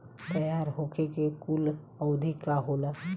तैयार होखे के कूल अवधि का होला?